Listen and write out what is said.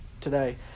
today